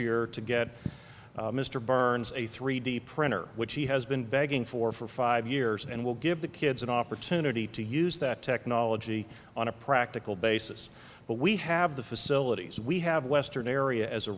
year to get mr burns a three d printer which he has been begging for for five years and will give the kids an opportunity to use that technology on a practical basis but we have the facilities we have western area as a